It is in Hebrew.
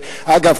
אגב,